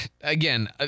again